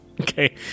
Okay